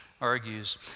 argues